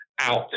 out